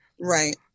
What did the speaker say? Right